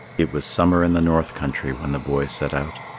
it was summer in the north country when the boy set out.